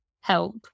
help